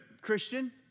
Christian